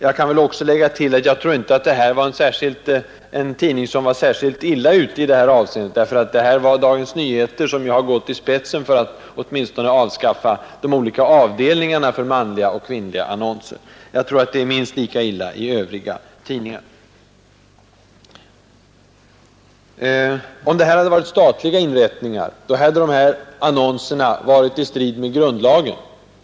Jag kan väl också tillägga att jag tror inte att denna tidning är särskilt illa ute i detta avseende. Dagens Nyheter har ju gått i spetsen för att åtminstone avskaffa de olika avdelningarna för annonser om manlig och kvinnlig arbetskraft. Jag tror att det är minst lika illa i övriga tidningar. Om det hade gällt statliga inrättningar hade dessa annonser stått i strid med grundlagen.